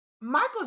Michael